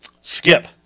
Skip